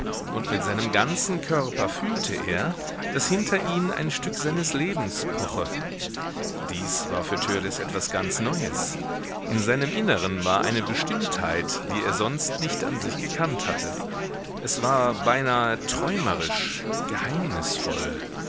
und mit seinem ganzen körper fühlte er daß hinter ihnen ein stück seines lebens poche dies war für törleß etwas ganz neues in seinem inneren war eine bestimmtheit die er sonst nicht an sich gekannt hatte es war beinahe träumerisch geheimnisvoll